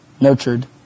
nurtured